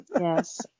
yes